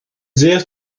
dire